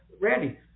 Randy